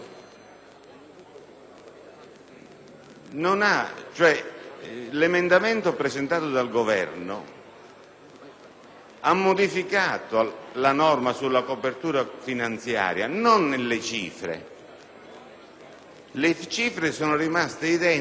L'emendamento presentato dal Governo ha modificato la norma sulla copertura finanziaria, non nelle cifre, che sono rimaste identiche